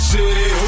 City